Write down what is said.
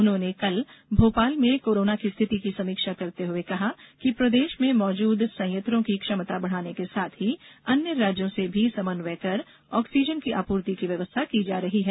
उन्होंने कल भोपाल में कोरोना की स्थिति की समीक्षा करते हुए कहा कि प्रदेश में मौजूद संयंत्रों की क्षमता बढ़ाने के साथ ही अन्य राज्यों से भी समन्वय कर ऑक्सीजन की आपूर्ति की व्यवस्था की जा रही है